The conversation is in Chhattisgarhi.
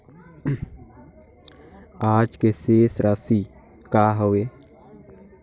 आज के शेष राशि का हवे?